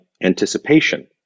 anticipation